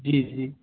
जी जी